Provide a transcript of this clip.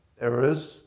errors